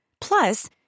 Plus